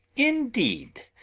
indeed?